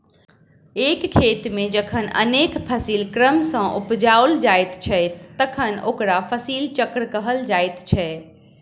एक खेत मे जखन अनेक फसिल क्रम सॅ उपजाओल जाइत छै तखन ओकरा फसिल चक्र कहल जाइत छै